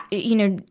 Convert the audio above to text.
you know,